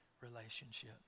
relationship